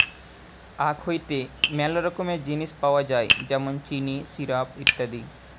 আখ হইতে মেলা রকমকার জিনিস পাওয় যায় যেমন চিনি, সিরাপ, ইত্যাদি